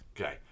Okay